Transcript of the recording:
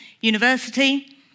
University